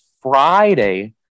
Friday